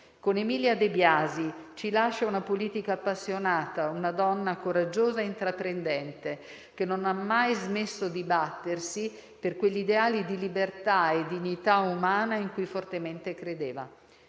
Con Emilia De Biasi ci lascia una politica appassionata, una donna coraggiosa e intraprendente, che non ha mai smesso di battersi per quegli ideali di libertà e dignità umana in cui fortemente credeva.